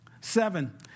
Seven